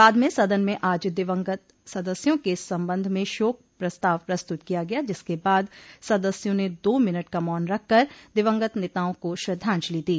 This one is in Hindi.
बाद में सदन में आज दिवंगत सदस्यों के संबंध में शोक प्रस्ताव प्रस्तुत किया गया जिसके बाद सदस्यों ने दो मिनट का मौन रखकर दिवंगत नेताओं को श्रद्वाजंलि दी